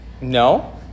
No